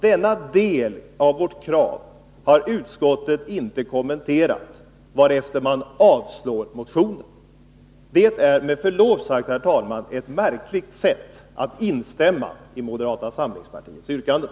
Denna del av vårt krav har utskottet inte kommenterat, varefter man avstyrker motionen. Det är med förlov sagt, herr talman, ett märkligt sätt att instämma i moderata samlingspartiets yrkanden.